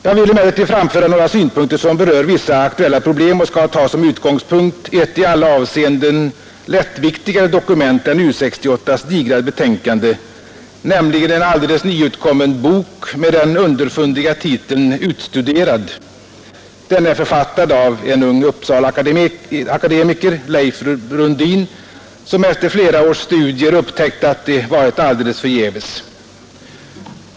Jag vill emellertid framföra några synpunkter som berör vissa aktuella problem och skall ta som utgångspunkt ett i alla avseenden lättviktigare dokument än U 68:s digra betänkande, nämligen en alldeles nyutkommen bok med den underfundiga titeln Utstuderad. Den är författad av en ung Uppsalaakademiker, Leif Brundin, som efter flera års studier upptäckt att de varit alldeles förgäves.